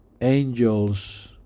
angels